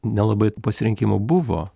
nelabai pasirinkimo buvo